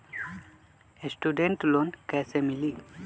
Student loan कैसे मिली?